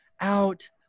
out